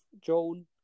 Joan